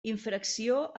infracció